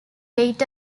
weight